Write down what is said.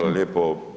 lijepo.